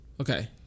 Okay